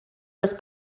was